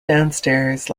downstairs